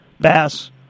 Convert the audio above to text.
bass